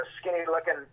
skinny-looking